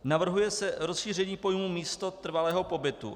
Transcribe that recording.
Navrhuje se rozšíření pojmu místo trvalého pobytu.